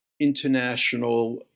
international